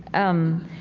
um,